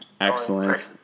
Excellent